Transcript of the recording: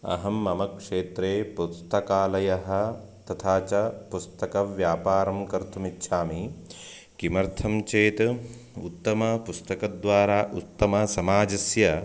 अहं मम क्षेत्रे पुस्तकालयः तथा च पुस्तकव्यापारं कर्तुम् इच्छामि किमर्थं चेत् उत्तमपुस्तकद्वारा उत्तमसमाजस्य